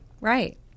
Right